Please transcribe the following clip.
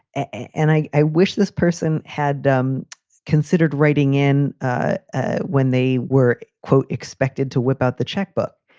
and i i wish this person had um considered writing in ah when they were, quote, expected to whip out the checkbook.